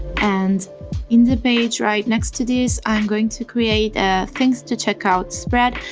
and in the page right next to this i'm going to create a things to check out spread,